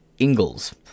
Ingalls